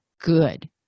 good